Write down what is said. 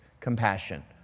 compassion